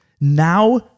Now